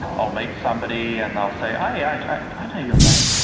i'll meet somebody and they'll say, i i know your name.